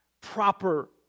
proper